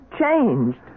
changed